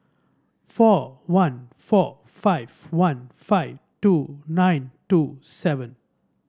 four one four five one five two nine two seven